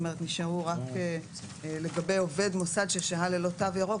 זאת אומרת לגבי עובד מוסד ששהה ללא תו ירוק,